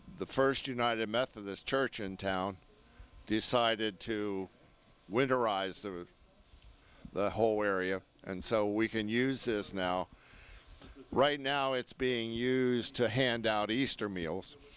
the first united methodist church in town decided to winterize the whole area and so we can use this now right now it's being used to hand out easter meals